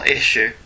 issue